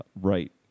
right